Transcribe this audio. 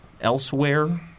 elsewhere